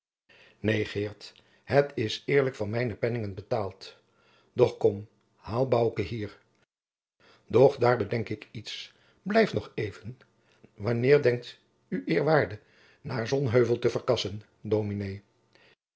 het is eerlijk van mijne penningen betaald doch kom haal bouke hier doch daar bedenk ik iets blijf nog even wanneer denkt u eerwaarde naar sonheuvel te verkassen dominé